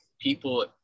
people